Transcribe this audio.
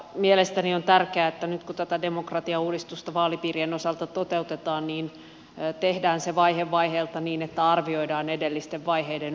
mielestäni on tärkeää että nyt kun tätä demokratiauudistusta vaalipiirien osalta toteutetaan tehdään se vaihe vaiheelta niin että arvioidaan edellisten vaiheiden onnistuminen